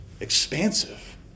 expansive